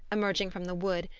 emerging from the wood,